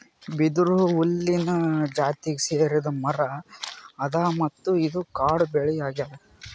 ಬಿದಿರು ಹುಲ್ಲಿನ್ ಜಾತಿಗ್ ಸೇರಿದ್ ಮರಾ ಅದಾ ಮತ್ತ್ ಇದು ಕಾಡ್ ಬೆಳಿ ಅಗ್ಯಾದ್